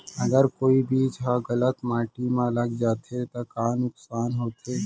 अगर कोई बीज ह गलत माटी म लग जाथे त का नुकसान होथे?